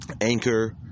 Anchor